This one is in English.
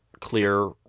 Clear